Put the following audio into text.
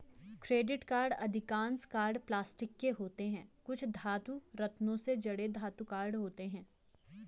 credit card अधिकांश card plastic के होते हैं, कुछ धातु, रत्नों से जड़े धातु कार्ड होते हैं